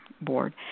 board